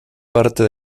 parte